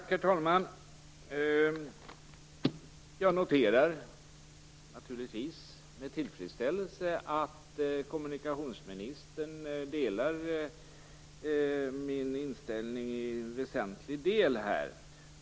Herr talman! Jag noterar naturligtvis med tillfredsställelse att kommunikationsministern delar min inställning i väsentlig del.